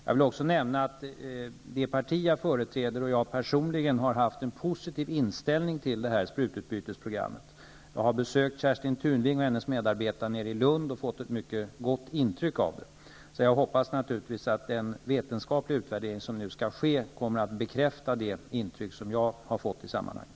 Jag vill också nämna att det parti jag företräder liksom jag personligen har haft en positiv inställning till sprututbytesprogrammet. Jag har besökt Kerstin Tunving och hennes medarbetare nere i Lund och fått ett mycket gott intryck av programmet. Jag hoppas naturligtvis att den vetenskapliga utvärdering som nu skall ske kommer att bekräfta det intryck jag har fått i sammanhanget.